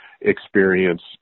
experience